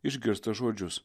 išgirsta žodžius